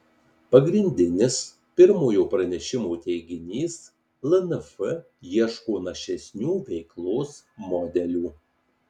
pagrindinis pirmojo pranešimo teiginys lnf ieško našesnių veiklos modelių